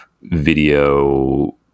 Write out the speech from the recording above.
video